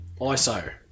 ISO